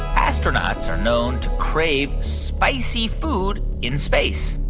astronauts are known to crave spicy food in space?